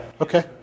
Okay